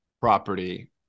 property